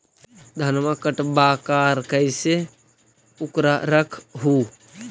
धनमा कटबाकार कैसे उकरा रख हू?